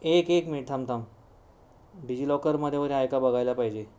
एक एक मिनिट थांब थांब डिजि लॉकरमध्ये वगैरे आहे का बघायला पाहिजे